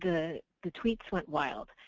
the the tweets went wild.